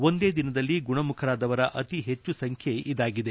ಒಂದೇ ದಿನದಲ್ಲಿ ಗುಣಮುಖರಾದವರ ಅತಿ ಹೆಚ್ಚು ಸಂಖ್ಯೆ ಇದಾಗಿದೆ